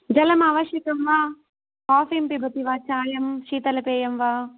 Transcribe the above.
जलम् आवश्यकं वा काफ़ीं पिबति वा चायं शितलपेयं वा